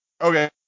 Okay